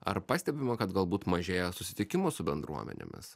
ar pastebima kad galbūt mažėja susitikimų su bendruomenėmis